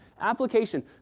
Application